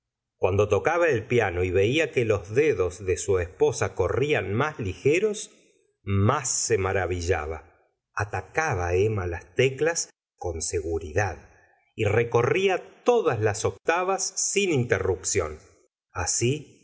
cuando tocaba el piano y veía que los dedos de su esposa corrían más ligeros más se maravillaba atacaba emma las teclas con seguridad y recorría todas las octavas sin interrupción así